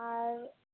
ᱟᱨ